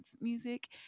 music